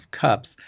cups